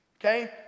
okay